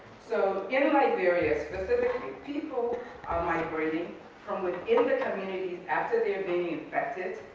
so in liberia specifically, people are migrating from within the communities after they're being infected,